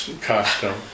costume